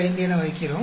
675 என வைக்கிறோம்